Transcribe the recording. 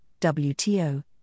WTO